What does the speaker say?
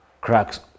cracks